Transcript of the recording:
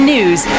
News